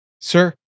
Sir